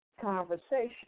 conversation